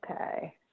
Okay